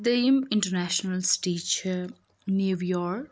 دٔیِم international city چھِ New York